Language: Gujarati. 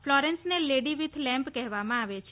ફ્લોરેન્સને લેડી વિથ લેમ્પ કહેવામાં આવે છે